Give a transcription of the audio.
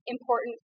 important